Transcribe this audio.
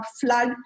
flood